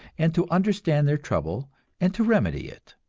and to understand their trouble and to remedy it.